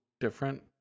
different